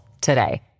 today